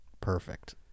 Perfect